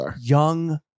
young